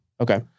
Okay